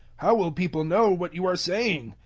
how will people know what you are saying?